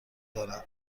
دارند